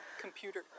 computer